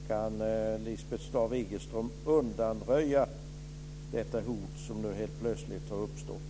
Kan Lisbeth Staaf-Igelström undanröja detta hot som nu helt plötsligt har uppstått?